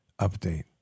Update